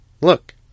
Look